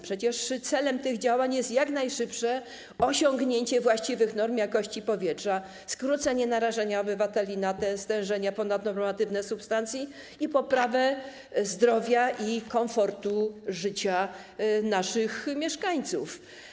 Przecież celem tych działań jest jak najszybsze osiągnięcie właściwych norm jakości powietrza, skrócenie czasu narażania obywateli na ponadnormatywne stężenia substancji i poprawa zdrowia i komfortu życia naszych mieszkańców.